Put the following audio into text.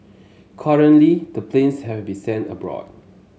currently the planes have to be sent abroad